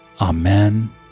Amen